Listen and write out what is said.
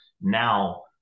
now